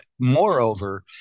moreover